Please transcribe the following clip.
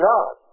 God